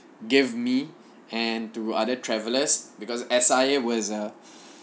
give me and to other travelers because S_I_A was a